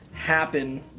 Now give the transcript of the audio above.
happen